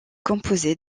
composé